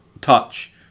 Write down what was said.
touch